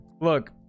look